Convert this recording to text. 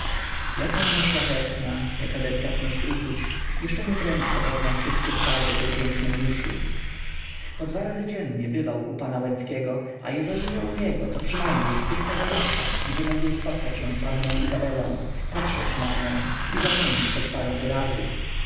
jaka ona szlachetna jaka delikatność uczuć jeszcze nieprędko poznam wszystkie skarby tej pięknej duszy po dwa razy dziennie bywał u pana łęckiego a jeżeli nie u niego to przynajmniej w tych towarzystwach gdzie mógł spotkać się z panną izabelą patrzeć na nią i zamienić choć parę wyrazów to